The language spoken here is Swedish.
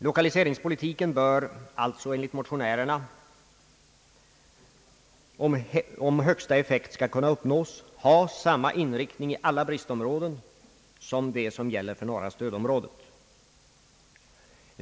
Lokaliseringspolitiken bör alltså enligt motionärerna, om högsta effekt skall kunna uppnås, ha i stort sett samma inriktning i alla bristområden som den som gäller för norra stödområdet.